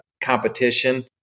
competition